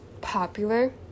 popular